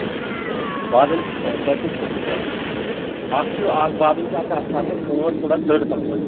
بادام تہِ چھِ اَسہِ تۄہہِ کُس قٕسٕم گژھِوُ اکھ چھُ اکھ بادام چھُ آسان اَکھ چھِ آسان کٔنٛڈ تھوڑا دٔر پَہمَتھ